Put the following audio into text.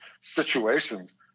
situations